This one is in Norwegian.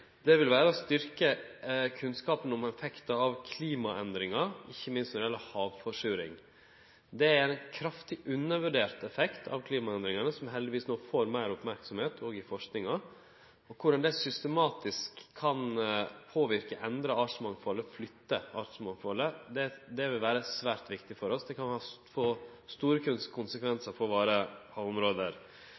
å styrkje kunnskapen om effekten av klimaendringane, ikkje minst når det gjeld havforsuring. Det er ein kraftig undervurdert effekt av klimaendringane, som heldigvis no får meir merksemd, også innan forskinga, om korleis det systematisk kan påverke, endre og flytte artsmangfaldet. Det vil vere svært viktig for oss. Det kan få store konsekvensar for våre havområde.